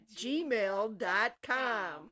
gmail.com